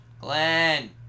Glenn